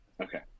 Okay